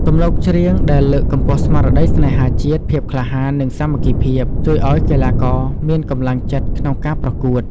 ទំនុកច្រៀងដែលលើកកម្ពស់ស្មារតីស្នេហាជាតិ ភាពក្លាហាន និងសាមគ្គីភាព ជួយឲ្យកីឡាករមានកម្លាំងចិត្តក្នុងការប្រកួត។